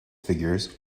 figures